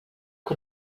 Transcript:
que